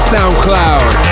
SoundCloud